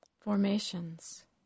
formations